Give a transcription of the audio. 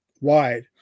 wide